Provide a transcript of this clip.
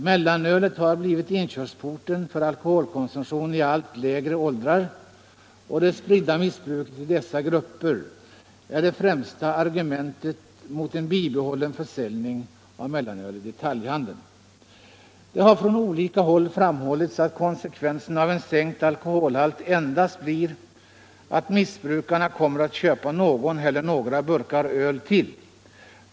Mellanölet har blivit inkörsporten för alkoholkonsumtion i allt lägre åldrar, och det spridda missbruket i dessa grupper är det främsta argumentet mot en bibehållen försäljning av mellanöl i detaljhandeln.” Utskottet säger vidare: ”Det har från olika håll framhållits att konsekvenserna av en sänkt alkoholhalt endast blir att missbrukarna kommer att köpa någon eller några burkar öl till.